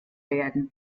werden